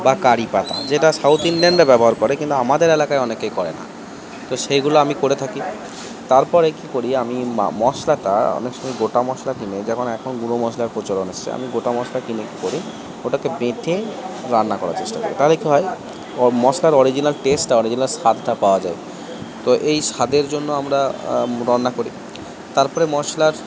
বা কারিপাতা যেটা সাউথ ইন্ডিয়ানরা ব্যবহার করে কিন্তু আমাদের এলাকায় অনেকেই করে না তো সেগুলো আমি করে থাকি তারপরে কি করি আমি মশলাটা অনেক সময় গোটা মশলা কিনে যেমন এখন গুঁড়ো মশলার প্রচলন এসেছে আমি গোটা মসলা কিনে কি করি ওটাকে বেঁথে রান্না করার চেষ্টা করি তাহলে কি হয় মশলার অরিজিনাল টেস্ট অরিজিনাল স্বাদটা পাওয়া যায় তো এই স্বাদের জন্য আমরা রান্না করি তারপরে মশলার